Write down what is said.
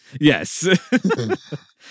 Yes